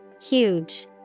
Huge